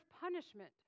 punishment